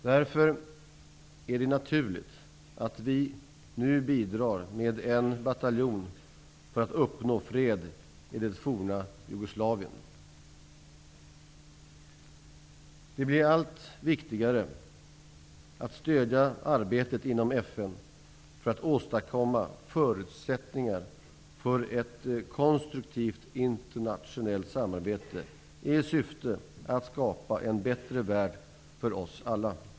Därför är det naturligt att vi nu bidrar med en bataljon för att uppnå fred i det forna Jugoslavien. Det blir allt viktigare att stödja arbetet inom FN för att åstadkomma förutsättningar för ett konstruktivt internationellt samarbete i syfte att skapa en bättre värld för oss alla.